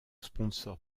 sponsor